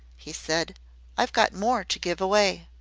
he said i've got more to give away.